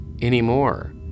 Anymore